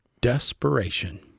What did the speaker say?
Desperation